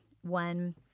one